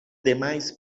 demais